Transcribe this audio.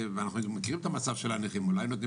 אנחנו מכירים את המצב של הנכים ואולי מגיע